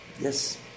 Yes